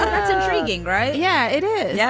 that's intriguing right. yeah. it is yeah